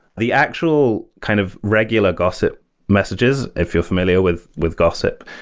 the actual kind of regular gossip messages, if you're familiar with with gossip,